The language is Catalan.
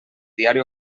diari